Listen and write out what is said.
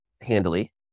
handily